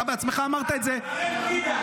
אתה בעצמך אמרת את זה -- אבל אין בגידה.